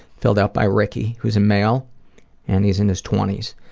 filled out by ricky who's a male and he's in his twenty s.